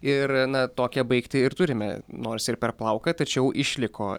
ir na tokią baigtį ir turime nors ir per plauką tačiau išliko